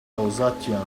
alsatian